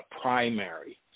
primary